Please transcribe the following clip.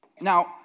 Now